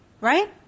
Right